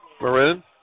maroon